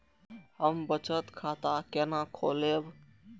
हम बचत खाता केना खोलैब?